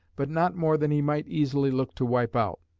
but not more than he might easily look to wipe out.